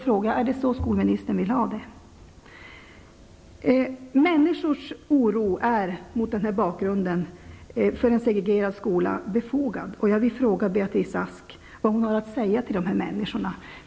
Är det så skolministern vill ha det? Människors oro för en segregerad skola är mot den här bakgrunden befogad. Jag vill fråga Beatrice Ask vad hon har att säga till dessa människor.